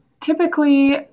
typically